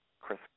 Chris